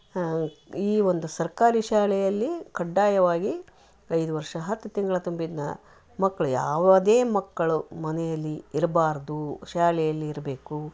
ಈ ಒಂದು ಸರ್ಕಾರಿ ಶಾಲೆಯಲ್ಲಿ ಕಡ್ಡಾಯವಾಗಿ ಐದು ವರ್ಷ ಹತ್ತು ತಿಂಗಳು ತುಂಬಿ ನ ಮಕ್ಕಳು ಯಾವುದೇ ಮಕ್ಕಳು ಮನೆಯಲ್ಲಿ ಇರಬಾರದು ಶಾಲೆಯಲ್ಲಿ ಇರಬೇಕು